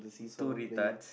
two retards